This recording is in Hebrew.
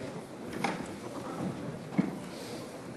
אנחנו עוברים להצעות